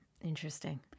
Interesting